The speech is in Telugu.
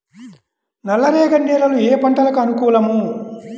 నల్లరేగడి నేలలు ఏ పంటలకు అనుకూలం?